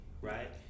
Right